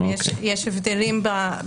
יש הבדלים במהות הדיון.